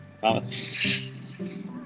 Thomas